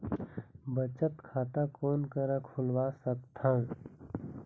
बचत खाता कोन करा खुलवा सकथौं?